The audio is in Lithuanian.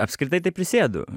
apskritai tai prisėdu